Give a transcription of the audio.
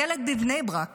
ילד בבני ברק